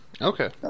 Okay